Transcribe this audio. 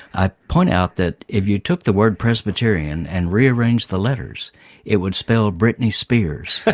i point out that if you took the word presbyterian and rearranged the letters it would spell brittney spears.